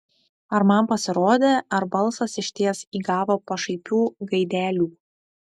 ar man pasirodė ar balsas išties įgavo pašaipių gaidelių